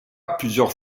plusieurs